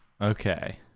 okay